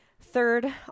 Third